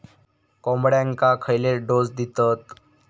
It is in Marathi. कोंबड्यांक खयले डोस दितत?